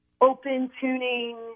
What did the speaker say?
open-tuning